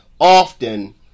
often